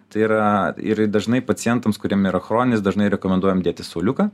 tai yra ir dažnai pacientams kuriem yra chroninis dažnai rekomenduojam dėti suoliuką